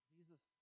Jesus